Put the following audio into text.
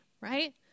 right